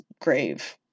grave